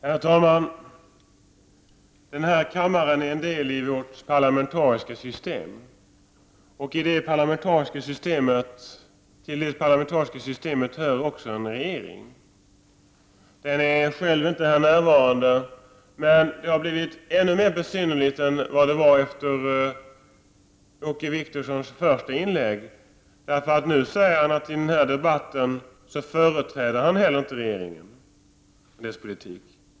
Herr talman! Den här kammaren är en del av vårt parlamentariska system och till detta system hör också en regering, men det finns inte någon regeringsföreträdare närvarande. Debatten har blivit ännu mer besynnerlig än vad den var efter Åke Wictorssons första inlägg, därför att nu säger han att han inte företräder regeringen och dess politik i den här debatten.